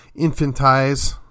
infantize